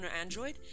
Android